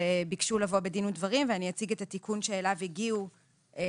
וביקשו לבוא בדין ודברים ואני אציג את התיקון שאליו הגיעו בנושא.